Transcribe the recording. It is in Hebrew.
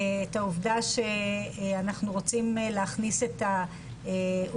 את העובדה שאנחנו רוצים להכניס את העובדה